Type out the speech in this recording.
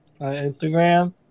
Instagram